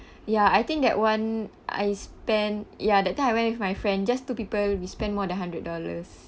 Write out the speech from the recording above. ya I think that one I spent ya that time I went with my friend just two people we spent more than hundred dollars